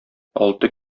алты